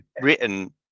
written